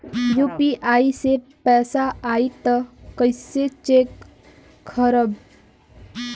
UPI से पैसा आई त कइसे चेक खरब?